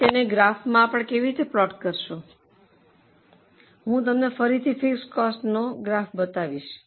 હવે તમે તેને ગ્રાફમાં કેવી રીતે પ્લોટ કરશો હું તમને ફરીથી ફિક્સડ કોસ્ટનો ગ્રાફ બતાવીશ